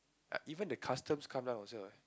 uh even the customs come down also ah